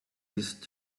these